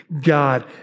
God